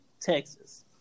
Texas